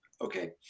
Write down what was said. Okay